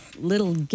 little